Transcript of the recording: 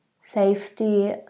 safety